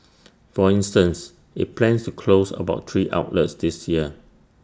for instance IT plans to close about three outlets this year